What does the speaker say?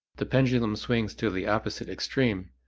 the pendulum swings to the opposite extreme,